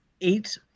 eight